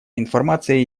информация